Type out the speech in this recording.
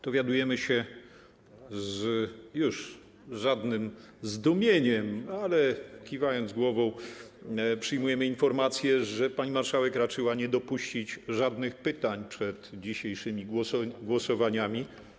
Dowiadujemy się o tym już bez żadnego zdumienia, ale kiwając głową, i przyjmujemy informację, że pani marszałek raczyła nie dopuścić żadnych pytań przed dzisiejszymi głosowaniami.